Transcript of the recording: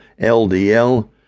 LDL